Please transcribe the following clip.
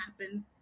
happen